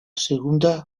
segunda